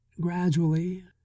gradually